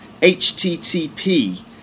HTTP